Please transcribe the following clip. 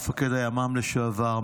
מפקד הימ"מ לשעבר,